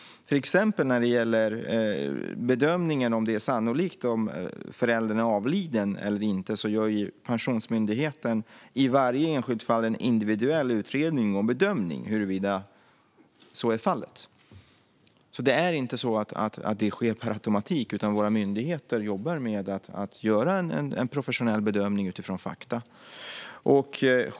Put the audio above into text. När det gäller till exempel bedömningen av om det är sannolikt att föräldern är avliden eller inte gör Pensionsmyndigheten i varje enskilt fall en individuell utredning och en bedömning av huruvida så är fallet. Detta sker inte per automatik, utan våra myndigheter jobbar med att göra en professionell bedömning utifrån fakta.